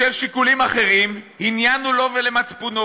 בשל שיקולים אחרים, עניין הוא לו ולמצפונו.